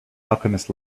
alchemist